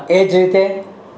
એ જ રીતે